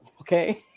okay